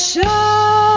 Show